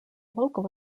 local